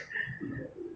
ah 比较